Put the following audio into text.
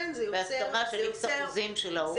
בהסכמה של איקס אחוזים של ההורים.